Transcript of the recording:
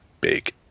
big